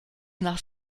nach